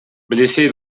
blessé